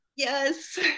Yes